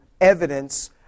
evidence